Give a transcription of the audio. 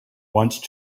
once